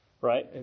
right